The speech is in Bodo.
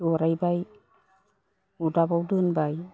जरायबाय अरदाबआव दोनबाय